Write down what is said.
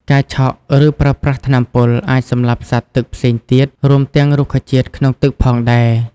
ការឆក់ ឬប្រើប្រាស់ថ្នាំពុលអាចសម្លាប់សត្វទឹកផ្សេងទៀត រួមទាំងរុក្ខជាតិក្នុងទឹកផងដែរ។